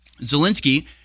Zelensky